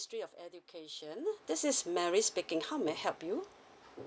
ministry of education this is mary speaking how may I help you